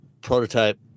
prototype